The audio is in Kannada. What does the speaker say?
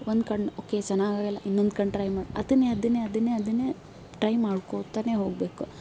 ಒಂದು ಕಣ್ಣು ಓಕೆ ಚೆನ್ನಾಗಾಗೋಲ್ಲ ಇನ್ನೊಂದು ಕಣ್ಣು ಟ್ರೈ ಮಾಡಿ ಅದನ್ನೇ ಅದನ್ನೇ ಅದನ್ನೇ ಅದನ್ನೇ ಟ್ರೈ ಮಾಡ್ಕೊಳ್ತಲೇ ಹೋಗಬೇಕು